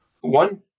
One